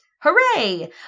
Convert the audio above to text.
Hooray